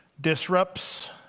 disrupts